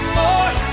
more